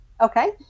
Okay